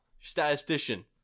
statistician